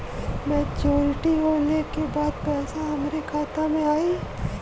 Maturity होले के बाद पैसा हमरे खाता में आई?